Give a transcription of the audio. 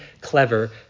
clever